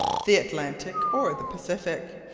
the atlantic, or the pacific.